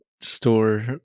store